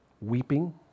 weeping